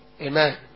Amen